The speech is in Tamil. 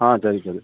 ஆ சரி சரி